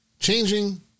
Changing